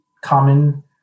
common